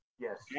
Yes